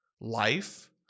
life